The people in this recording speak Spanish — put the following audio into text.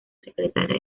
secretaria